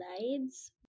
slides